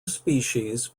species